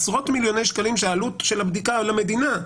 עשרות מיליוני שקלים עלות של הבדיקה למדינה,